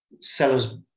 sellers